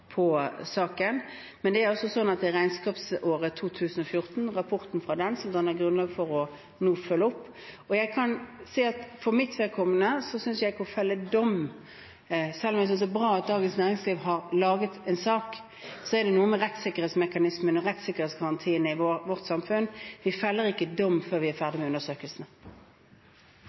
saken, men det er altså slik at det er rapporten for regnskapsåret 2014 som nå danner grunnlaget for å følge opp, og for mitt vedkommende kan jeg si at jeg synes ikke det skal felles dom nå. Selv om jeg synes det er bra at Dagens Næringsliv har laget en sak, er det noe med rettssikkerhetsmekanismene og rettssikkerhetsgarantiene i vårt samfunn som gjør at vi ikke feller dom før vi er